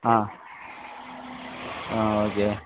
ஆ ஆ ஓகே